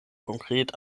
konkret